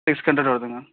six hundred வருதுங்க